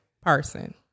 person